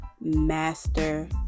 master